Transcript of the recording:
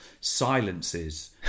silences